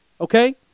okay